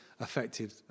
affected